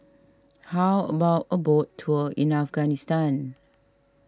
how about a boat tour in Afghanistan